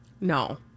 No